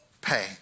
pay